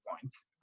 points